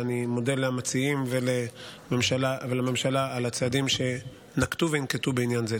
אני מודה למציעים ולממשלה על הצעדים שנקטו וינקטו בעניין זה.